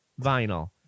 Vinyl